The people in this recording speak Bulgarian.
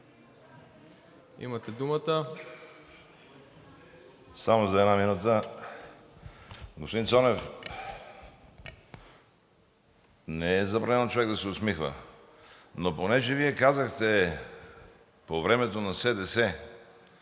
за България): Само за една минута. Господин Цонев, не е забранено човек да се усмихва, но понеже Вие казахте „по времето на СДС“,